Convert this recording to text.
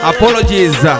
Apologies